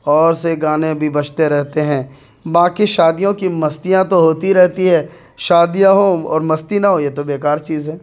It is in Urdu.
اور سے گانے بھی بجتے رہتے ہیں باکی شادیوں کی مستیاں تو ہوتی رہتی ہے شادیاں ہو اور مستی نہ ہو یہ تو بےکار چیز ہے